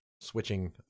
switching